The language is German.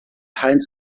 heinz